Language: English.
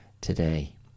today